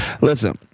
Listen